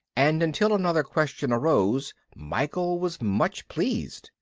and until another question arose michael was much pleased.